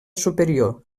superior